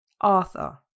Arthur